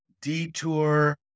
detour